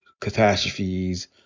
catastrophes